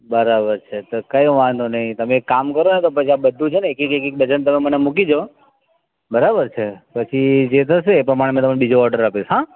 બરાબર છે તો કંઈ વાંધો નહીં તમે એક કામ કરો ને પછી આ બધું છેને એક એક એક ડજન મને મૂકી જાઓ બરાબર છે પછી જે થશે એ પ્રમાણે અમે તમને બીજો ઓર્ડર આપીશ હા